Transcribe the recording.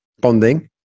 bonding